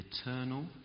eternal